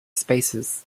spaces